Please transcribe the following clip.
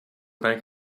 bank